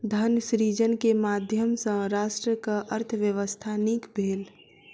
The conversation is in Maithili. धन सृजन के माध्यम सॅ राष्ट्रक अर्थव्यवस्था नीक भेल